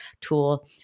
tool